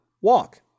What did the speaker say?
walk